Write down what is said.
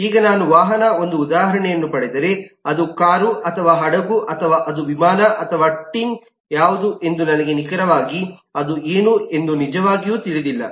ಈಗ ನಾನು ವಾಹನದ ಒಂದು ಉದಾಹರಣೆಯನ್ನು ಪಡೆದರೆ ಅದು ಕಾರು ಅಥವಾ ಹಡಗು ಅಥವಾ ಅದು ವಿಮಾನ ಅಥವಾ ಟಿನ್ ಯಾವುದು ಎಂದು ನನಗೆ ನಿಖರವಾಗಿ ಅದು ಏನು ಎಂದು ನಿಜವಾಗಿ ತಿಳಿದಿಲ್ಲ